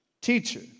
Teacher